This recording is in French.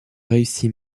réussit